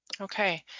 okay